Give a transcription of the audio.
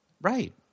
Right